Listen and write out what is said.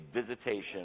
visitation